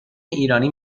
ایرانی